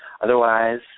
Otherwise